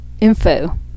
info